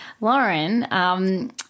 Lauren